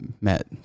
met